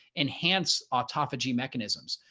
enhance autophagy mechanisms.